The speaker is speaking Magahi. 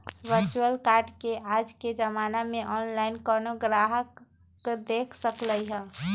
वर्चुअल कार्ड के आज के जमाना में ऑनलाइन कोनो गाहक देख सकलई ह